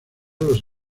los